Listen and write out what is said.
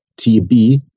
TB